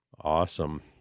Awesome